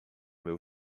meu